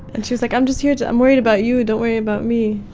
and she was like, i'm just here to i'm worried about you don't worry about me